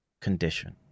condition